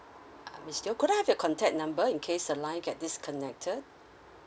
uh miss teo could I have your contact number in case the line get disconnected